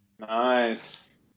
nice